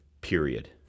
period